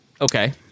Okay